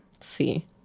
see